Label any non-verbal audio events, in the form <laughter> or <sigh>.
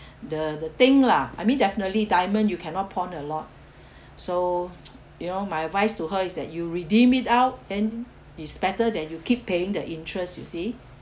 <breath> the the thing lah I mean definitely diamond you cannot pawn a lot so <noise> you know my advice to her is that you redeem it out then it's better than you keep paying the interest you see